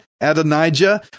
Adonijah